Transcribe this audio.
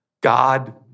God